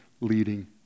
leading